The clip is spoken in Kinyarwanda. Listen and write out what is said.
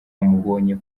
abamubonye